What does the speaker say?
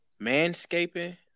manscaping